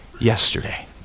yesterday